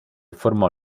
formò